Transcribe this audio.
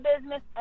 business